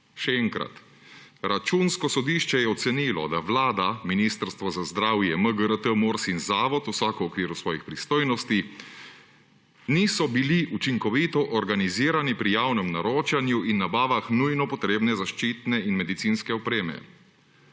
še enkrat. Računsko sodišče je ocenilo, da Vlada, Ministrstvo za zdravje, MGRT, Mors in Zavod, vsak v okviru svojih pristojnosti, niso bili učinkovito organizirani pri javnem naročanju in nabavah nujno potrebne zaščitne in medicinske opreme.